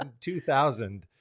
2000